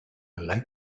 like